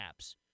apps